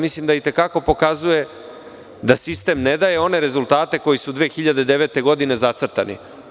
Mislim da pokazuje da sistem ne daje one rezultate, koji su 2009. godine zacrtani.